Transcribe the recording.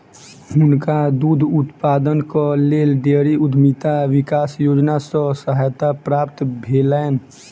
हुनका दूध उत्पादनक लेल डेयरी उद्यमिता विकास योजना सॅ सहायता प्राप्त भेलैन